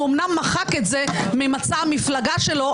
הוא אומנם מחק את זה ממסך המפלגה שלו,